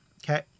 Okay